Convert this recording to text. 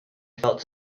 felt